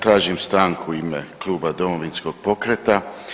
Tražim stanku u ime Kluba Domovinskog pokreta.